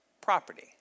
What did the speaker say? property